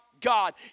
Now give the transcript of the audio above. God